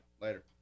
Later